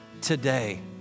Today